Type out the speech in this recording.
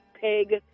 pig